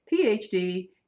PhD